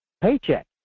paycheck